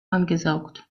angesaugt